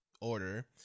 order